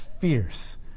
fierce